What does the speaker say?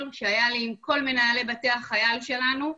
שהיה לי עם כל מנהלי בתי החייל שלנו,